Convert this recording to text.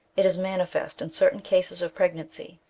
it is manifest in certain cases of pregnancy,